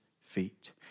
feet